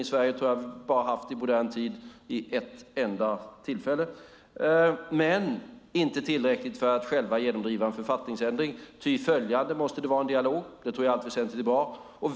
I Sverige tror jag att vi i modern tid har haft det vid bara ett enda tillfälle. Men det var inte tillräckligt för att AK-partiet självt skulle kunna genomdriva en författningsändring utan det måste vara en dialog. Det tror jag att det i allt väsentligt var.